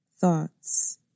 thoughts